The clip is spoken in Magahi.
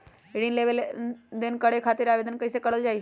ऋण लेनदेन करे खातीर आवेदन कइसे करल जाई?